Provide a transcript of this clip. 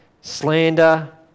slander